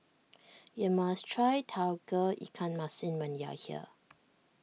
you must try Tauge Ikan Masin when you are here